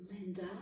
Linda